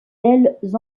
ailes